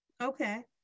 okay